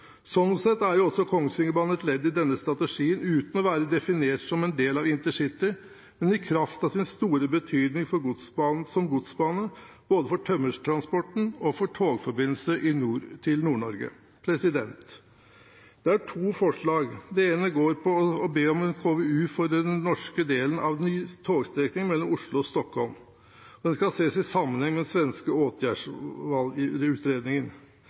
Sånn sett er Kongsvingerbanen et ledd i denne strategien, uten å være definert som en del av InterCity, men i kraft av sin store betydning som godsbane både for tømmertransporten og for togforbindelsen til Nord-Norge. Det er to forslag: Det ene går på å be om en KVU for den norske delen av togstrekningen mellom Oslo og Stockholm. Den skal ses i sammenheng med den svenske